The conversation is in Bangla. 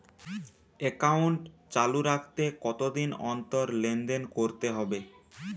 একাউন্ট চালু রাখতে কতদিন অন্তর লেনদেন করতে হবে?